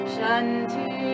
Shanti